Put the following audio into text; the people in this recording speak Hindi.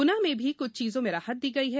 ग्ना में भी कुछ चीजों में राहत दी गई है